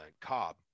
Cobb